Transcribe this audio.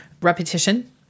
repetition